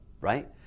right